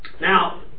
Now